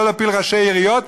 לא להפיל ראשי עיריות,